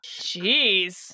Jeez